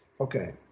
okay